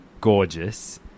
gorgeous